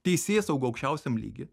teisėsaugą aukščiausiam lygy